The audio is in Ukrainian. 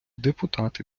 депутати